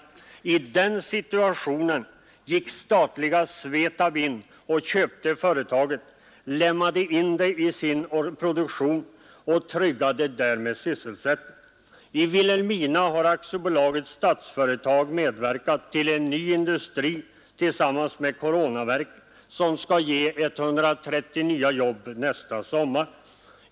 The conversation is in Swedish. I den situationen gick det statliga SVETAB in och köpte företaget, lemmade in det i sin produktion och tryggade därmed sysselsättningen. I Vilhelmina har Statsföretag AB tillsammans med Coronaverken AB medverkat till en ny industri, som skall ge 130 nya jobb nästa sommar.